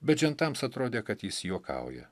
bet žentams atrodė kad jis juokauja